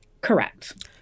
Correct